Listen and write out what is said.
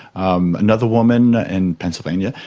um another woman in pennsylvania,